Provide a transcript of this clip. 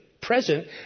present